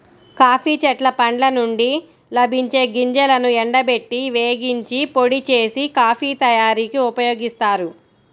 coffee చెట్ల పండ్ల నుండి లభించే గింజలను ఎండబెట్టి, వేగించి, పొడి చేసి, కాఫీ తయారీకి ఉపయోగిస్తారు